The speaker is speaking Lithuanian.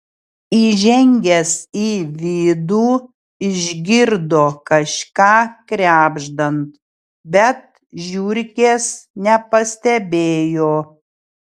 įžengęs į vidų išgirdo kažką krebždant bet žiurkės nepastebėjo